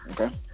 Okay